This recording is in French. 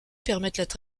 permettent